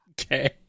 okay